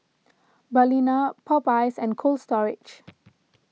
Balina Popeyes and Cold Storage